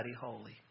holy